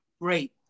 Great